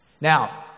Now